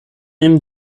ihnen